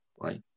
right